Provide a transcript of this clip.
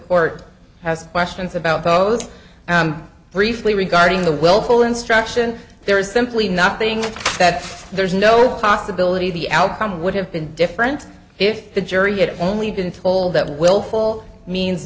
court has questions about pose briefly regarding the willful instruction there is simply nothing that there's no possibility the outcome would have been different if the jury it only been told that willful means